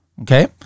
Okay